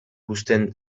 uzten